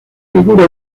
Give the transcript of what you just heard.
figura